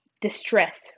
distress